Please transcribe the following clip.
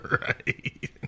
Right